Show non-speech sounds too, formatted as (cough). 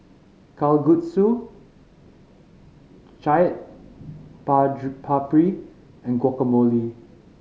Kalguksu Chaat (unintelligible) Papri and Guacamole